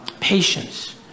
Patience